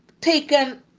taken